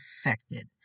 affected